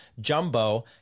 Jumbo